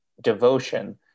devotion